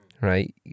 right